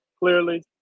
Clearly